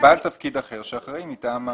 בעל תפקיד אחר שאחראי מטעם התאגיד.